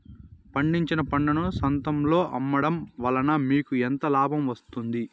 పండించిన పంటను సంతలలో అమ్మడం వలన మీకు ఎంత లాభం వస్తుంది?